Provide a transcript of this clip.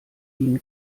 ihnen